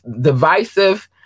divisive